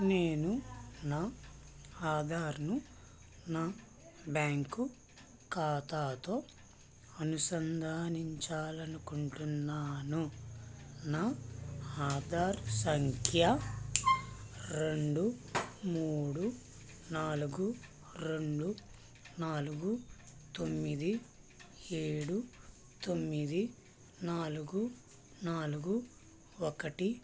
నేను నా ఆధార్ను నా బ్యాంకు ఖాతాతో అనుసంధానించాలి అనుకుంటున్నాను నా ఆధార్ సంఖ్య రెండు మూడు నాలుగు రెండు నాలుగు తొమ్మిది ఏడు తొమ్మిది నాలుగు నాలుగు ఒకటి